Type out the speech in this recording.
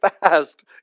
fast